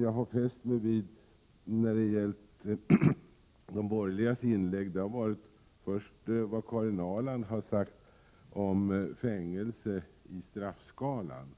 Jag har fäst mig vid två saker i de borgerligas inlägg. Det är för det första det Karin Ahrland har sagt om fängelse i straffskalan.